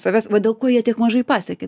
savęs va dėl ko jie tiek mažai pasiekia